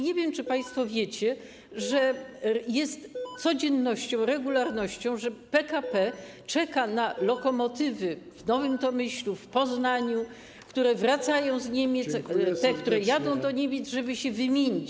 Nie wiem, czy państwo wiecie, że jest codziennością, regularnością, że PKP czeka na lokomotywy w Nowym Tomyślu, w Poznaniu, które wracają z Niemiec, te które jadą, żeby się nimi wymienić.